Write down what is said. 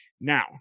Now